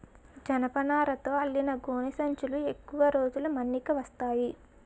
జనపనారతో అల్లిన గోనె సంచులు ఎక్కువ రోజులు మన్నిక వస్తాయి